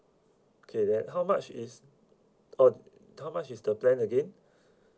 okay then how much is uh how much is the plan again